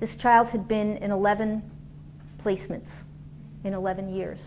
this child had been in eleven placements in eleven years